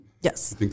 Yes